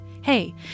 Hey